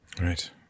Right